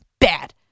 bad